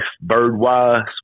bird-wise